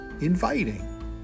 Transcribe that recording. inviting